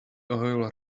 oil